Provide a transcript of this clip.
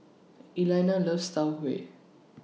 Elaina loves Tau Huay